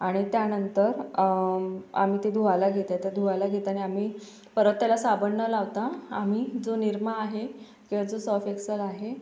आणि त्यानंतर आम्ही ते धुवायला घेते तर धुवायला घेताना आम्ही परत त्याला साबण न लावता आम्ही जो निरमा आहे किवा जो सर्फ एक्सल आहे